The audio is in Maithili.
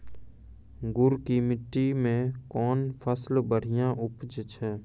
गुड़ की मिट्टी मैं कौन फसल बढ़िया उपज छ?